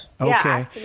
Okay